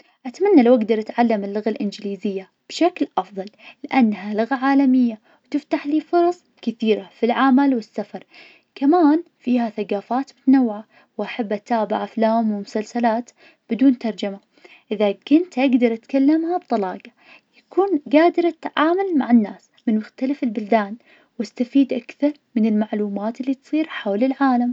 أتمنى لو أقدر أتعلم اللغة الإنجليزية بشكل أفضل, لأنها لغة عالمية, وتفتح لي فرص كثيرة في العمل والسفر, كمان فيها ثقافات متنوعة, وأحب أتابع أفلام ومسلسلات بدون ترجمة, إذا كنت اقدر أتكلمها بطلاقة, يكون قادر اتعامل مع الناس من مختلف البلدان, واستفيد أكثر من المعلومات اللي تصير حول العالم.